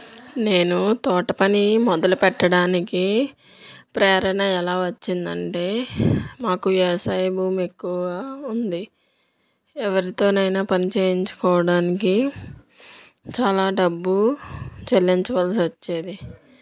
నేను తోటపని మొదలుపెట్టడానికి ప్రేరణ ఎలా వచ్చిందంటే మాకు వ్యవసాయ భూమి ఎక్కువ ఉంది ఎవరితోనైనా పని చేయించుకోవడానికి చాలా డబ్బు చెల్లించాల్సి వచ్చేది